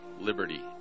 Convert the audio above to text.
liberty